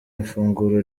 ifunguro